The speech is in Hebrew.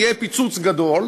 יהיה פיצוץ גדול,